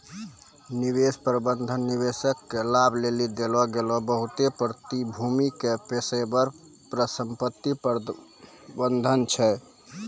निवेश प्रबंधन निवेशक के लाभ लेली देलो गेलो बहुते प्रतिभूति के पेशेबर परिसंपत्ति प्रबंधन छै